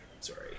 sorry